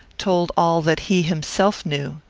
told all that he himself knew.